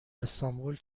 استانبول